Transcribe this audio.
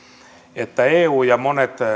että eu ja monet